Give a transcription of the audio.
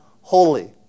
holy